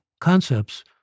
concepts